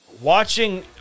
watching